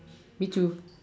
me too